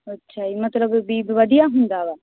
ਅੱਛਾ ਜੀ ਮਤਲਬ ਬਈ ਵਧੀਆ ਹੁੰਦਾ ਵਾ